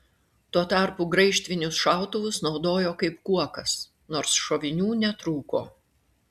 tuo tarpu graižtvinius šautuvus naudojo kaip kuokas nors šovinių netrūko